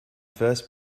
first